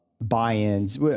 buy-ins